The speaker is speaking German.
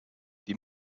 die